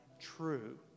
true